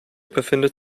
befindet